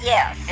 Yes